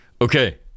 Okay